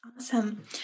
Awesome